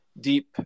deep